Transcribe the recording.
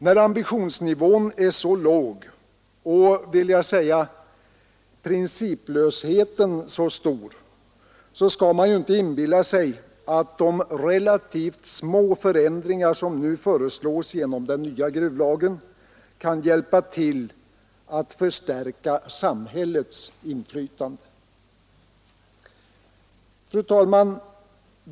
När ambitionsnivån är så låg och, vill jag säga, principlösheten så stor, skall man inte inbilla sig att de relativt små förändringar som nu föreslås genom den nya gruvlagen kan hjälpa till att förstärka samhällets inflytande.